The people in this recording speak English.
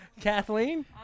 Kathleen